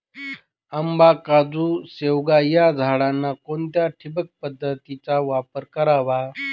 आंबा, काजू, शेवगा या झाडांना कोणत्या ठिबक पद्धतीचा वापर करावा?